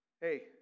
Hey